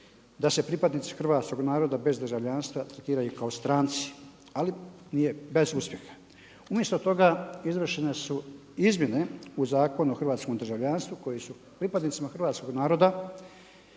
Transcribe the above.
da se pripadnici hrvatskoga naroda bez državljanstva tretiraju kao stranci ali bez uspjeha. Umjesto toga izvršene su izmjene u Zakonu o hrvatskom državljanstvu koji su pripadnicima hrvatskoga narod